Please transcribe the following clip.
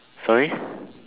sorry